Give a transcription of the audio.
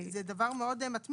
זה דבר מאד מתמיה,